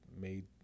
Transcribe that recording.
made